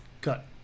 cut